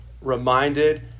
reminded